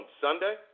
Sunday